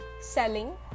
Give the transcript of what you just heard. selling